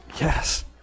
Yes